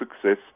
success